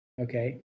okay